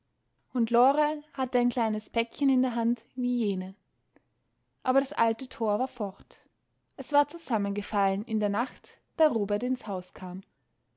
und lore hatte ein kleines päckchen in der hand wie jene aber das alte tor war fort es war zusammengefallen in der nacht da robert ins haus kam